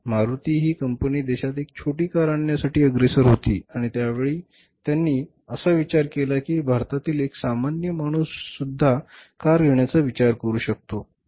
मारुती ही कंपनी देशात एक छोटी कार आणण्यासाठी अग्रेसर होती आणि त्यावेळी त्यांनी असा विचार केला की भारतातील एक सामान्य माणूससुद्धा कार घेण्याचा विचार करू शकतो